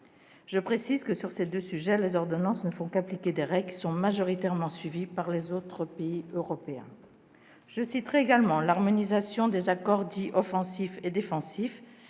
Je précise que, sur ces deux sujets, les ordonnances ne font qu'appliquer des règles qui sont suivies par la majorité des autres pays européens. Je citerai également l'harmonisation des accords dits « offensifs » et « défensifs »,